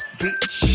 bitch